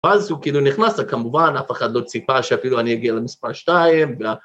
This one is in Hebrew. ואז הוא כאילו נכנס, וכמובן אף אחד לא ציפה שאפילו אני אגיע למספר 2